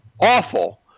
awful